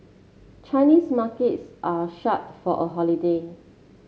Chinese markets are shut for a holiday